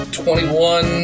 21